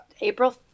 April